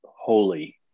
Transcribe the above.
holy